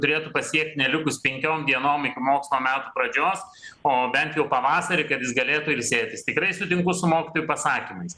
turėtų pasiekt ne likus penkiom dienom iki mokslo metų pradžios o bent jau pavasarį kad jis galėtų ilsėtis tikrai sutinku su mokytojų pasakymais